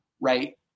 right